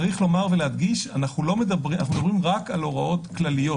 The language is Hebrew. צריך להדגיש שאנחנו מדברים רק על הוראות כלליות,